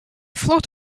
float